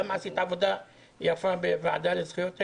גם עשית עבודה יפה בוועדה לזכויות הילד,